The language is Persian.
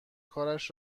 کارش